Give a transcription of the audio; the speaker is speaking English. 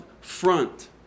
front